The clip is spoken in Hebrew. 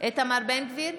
איתמר בן גביר,